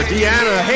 Deanna